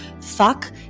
fuck